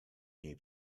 niej